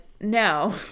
no